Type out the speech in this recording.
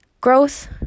growth